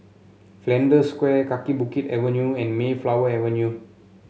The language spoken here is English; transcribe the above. Flanders Square Kaki Bukit Avenue and Mayflower Avenue